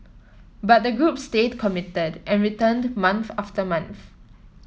but the group stayed committed and returned month after month